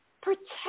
Protect